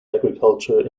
agriculture